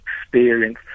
experience